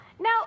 Now